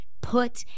put